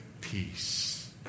peace